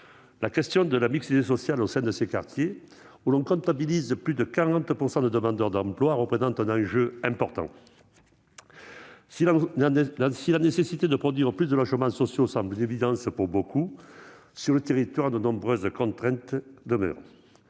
La question de la mixité sociale au sein de ces quartiers, où l'on comptabilise plus de 40 % de demandeurs d'emploi, représente un enjeu important. Si la nécessité de produire plus de logements sociaux semble une évidence pour beaucoup, de nombreuses contraintes demeurent